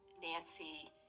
Nancy